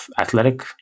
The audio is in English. athletic